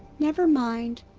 never mind.